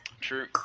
true